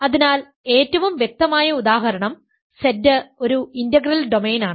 അതിനാൽ ഏറ്റവും വ്യക്തമായ ഉദാഹരണം Z ഒരു ഇന്റഗ്രൽ ഡൊമെയ്നാണ്